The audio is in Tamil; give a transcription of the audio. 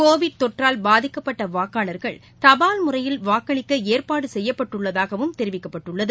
கோவிட் தொற்றால் பாதிக்கப்பட்டவாக்காளர்கள் முறையில் தபால் வாக்களிக்கஏற்பாடுசெய்யப்பட்டுள்ளதாகவும் தெரிவிக்கப்பட்டுள்ளது